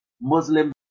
muslim